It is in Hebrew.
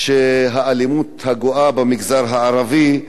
האלימות הגואה במגזר הערבי.